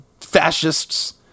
fascists